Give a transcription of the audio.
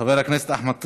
חבר הכנסת אחמד טיבי,